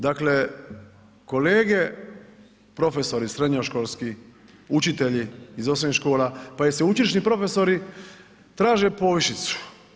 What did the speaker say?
Dakle, kolege profesori srednjoškolski, učitelji iz osnovnih škola pa i sveučilišni profesori traže povišicu.